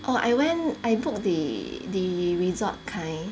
orh I went I book the the resort kind